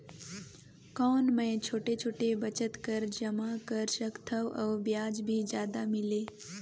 कौन मै छोटे छोटे बचत कर जमा कर सकथव अउ ब्याज भी जादा मिले?